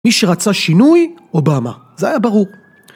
מי שרצה שינוי, אובמה. זה היה ברור.